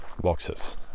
boxes